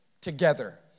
together